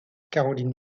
caroline